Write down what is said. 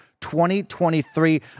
2023